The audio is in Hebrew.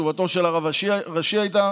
תשובתו של הרב הראשי הייתה